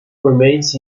remains